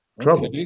trouble